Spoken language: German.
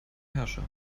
herrsche